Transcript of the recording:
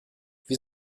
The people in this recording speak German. wir